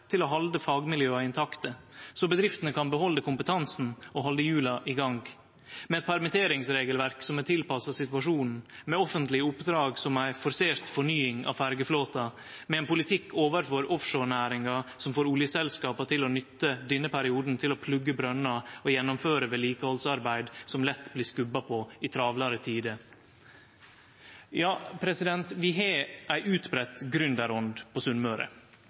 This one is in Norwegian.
til å halde fagmiljøa intakte, så bedriftene kan behalde kompetansen og halde hjula i gang, med eit permitteringsregelverk som er tilpassa situasjonen, med offentlege oppdrag som ei forsert fornying av ferjeflåten og med ein politikk overfor offshorenæringa som får oljeselskapa til å nytte denne perioden til å plugge brønnar og gjennomføre vedlikehaldsarbeid som lett blir skubba på i travlare tider. Ja, vi har ei utbreidd gründerånd på Sunnmøre,